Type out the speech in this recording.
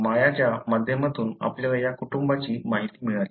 मायाच्या माध्यमातून आपल्याला या कुटुंबाची माहिती मिळाली